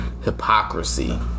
hypocrisy